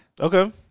Okay